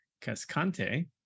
Cascante